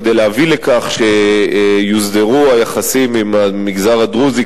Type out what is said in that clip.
כדי להביא לכך שיוסדרו היחסים עם המגזר הדרוזי,